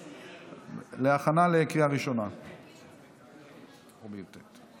19 בעד, אין מתנגדים.